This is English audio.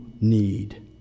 need